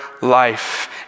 life